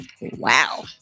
Wow